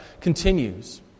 continues